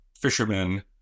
fishermen